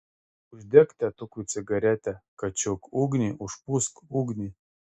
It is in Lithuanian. uždek tėtukui cigaretę kačiuk ugnį užpūsk ugnį